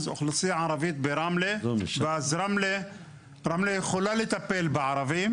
אוכלוסייה ערבית ברמלה ואז רמלה יכולה לטפל בערבים,